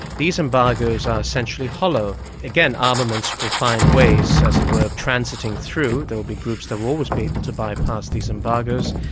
these embargoes are essentially hollow. again, armaments will find ways, as it were, of transiting through. there will be groups that will always be able to bypass these embargoes.